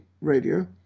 Radio